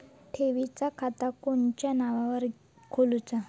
ठेवीचा खाता कोणाच्या नावार खोलूचा?